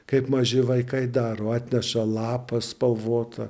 kaip maži vaikai daro atneša lapą spalvotą